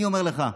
אני אומר לך,